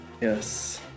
yes